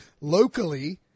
locally